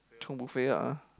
chiong buffet ah